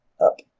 up